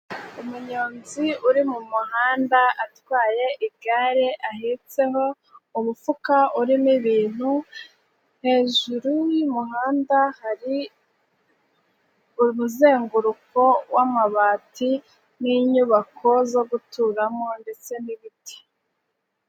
Umunyonzi uri mumuhanda atwaye igare ahetseho umufuka urimo ibintu, hejuru y'umuhanda hari umuzenguruko w'amabati n'inyubako zo guturamo ndetse n'ibiti.